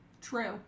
true